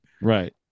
right